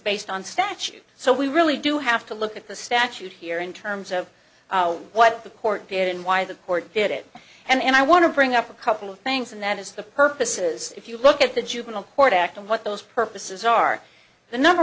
based on statute so we really do have to look at the statute here in terms of what the court beren why the court did it and i want to bring up a couple of things and that is the purposes if you look at the juvenile court act and what those purposes are the number